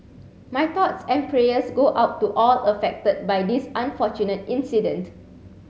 my thoughts and prayers go out to all affected by this unfortunate incident